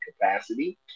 capacity